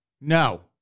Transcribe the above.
No